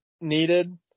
needed